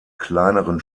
kleineren